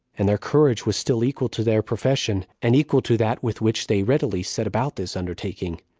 and their courage was still equal to their profession, and equal to that with which they readily set about this undertaking.